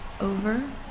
over